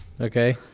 Okay